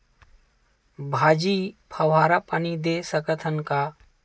भाजी फवारा पानी दे सकथन का?